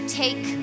take